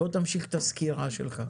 תמשיך את הסקירה שלך.